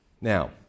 Now